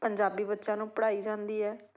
ਪੰਜਾਬੀ ਬੱਚਿਆਂ ਨੂੰ ਪੜ੍ਹਾਈ ਜਾਂਦੀ ਹੈ